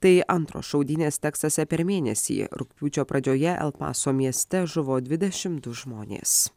tai antros šaudynės teksase per mėnesį rugpjūčio pradžioje el paso mieste žuvo dvidešim du žmonės